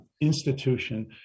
institution